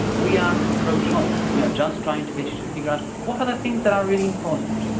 we are pro choice. we are just trying to get you to figure out, what are the things that are really important?